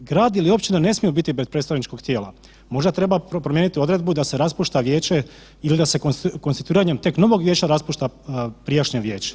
Grad ili općina ne smiju biti bez predstavničkog tijela, možda treba promijeniti odredbu da se raspušta vijeće ili da se konstituiranjem tek novog vijeća raspušta prijašnje vijeće.